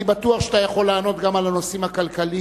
אני בטוח שאתה יכול לענות גם על הנושאים הכלכליים,